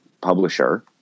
publisher